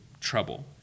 trouble